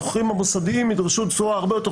המשכירים המוסדיים ידרשו תשואה הרבה יותר